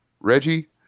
Reggie